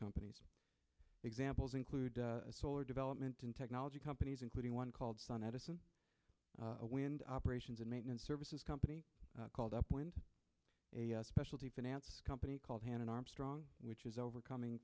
companies examples include solar development in technology companies including one called sun edison a wind operations and maintenance services company called up wind a specialty finance company called hannan armstrong which is overcoming